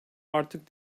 artık